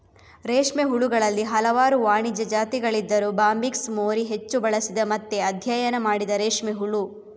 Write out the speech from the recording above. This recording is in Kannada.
ರೇಷ್ಮೆ ಹುಳುಗಳಲ್ಲಿ ಹಲವಾರು ವಾಣಿಜ್ಯ ಜಾತಿಗಳಿದ್ದರೂ ಬಾಂಬಿಕ್ಸ್ ಮೋರಿ ಹೆಚ್ಚು ಬಳಸಿದ ಮತ್ತೆ ಅಧ್ಯಯನ ಮಾಡಿದ ರೇಷ್ಮೆ ಹುಳು